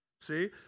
See